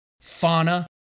fauna